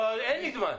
לא, אין לי זמן.